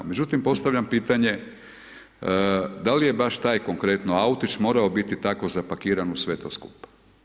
Međutim, postavljam pitanje, da li je baš taj konkretno autić morao biti tako zapakiran u sve to skupa?